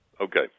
okay